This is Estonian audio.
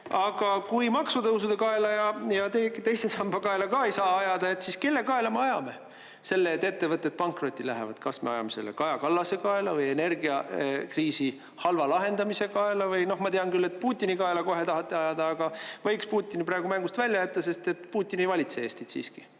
Aga kui maksutõusude kaela ja teise samba kaela ei saa ajada, siis mille kaela me ajame selle, et ettevõtted pankrotti lähevad? Kas me ajame selle Kaja Kallase kaela või energiakriisi halva lahendamise kaela? Noh, ma tean küll, et Putini kaela tahate selle kohe ajada, aga võiks Putini praegu mängust välja jätta. Putin siiski ei valitse Eestit,